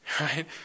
right